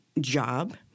job